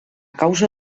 causa